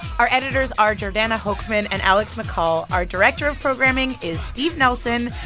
our editors are jordana hochman and alex mccall. our director of programming is steve nelson.